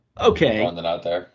okay